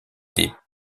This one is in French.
des